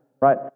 right